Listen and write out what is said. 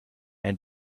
and